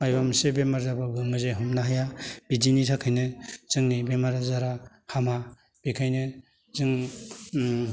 मायबा मोनसे बेमार जाब्लाबो मोजाङै हमनो हाया बिदिनि थाखायनो जोंनि बेमार आजारा हामा बेखायनो जों ओम